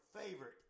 favorite